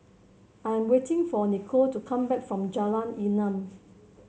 I am waiting for Nicolle to come back from Jalan Enam